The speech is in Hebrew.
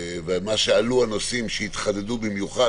ומה שעלו הנושאים שהתחדדו במיוחד,